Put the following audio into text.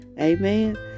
amen